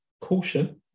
caution